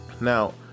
Now